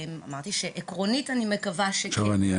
עניתי לה שאני מקווה שכן.